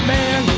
Man